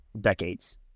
decades